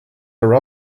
her